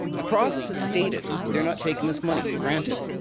the province has stated they're not taking this money. granted.